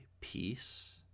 peace